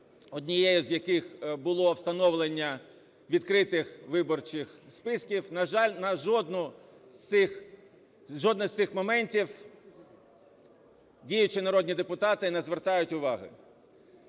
однією з яких було встановлення відкритих виборчих списків, на жаль, жодне з цих моментів діючі народні депутати не звертають уваги.